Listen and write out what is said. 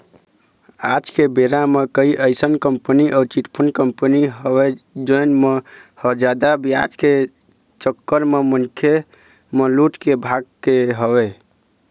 आज के बेरा म कई अइसन कंपनी अउ चिटफंड कंपनी हवय जेन मन ह जादा बियाज दे के चक्कर म मनखे मन ल लूट के भाग गे हवय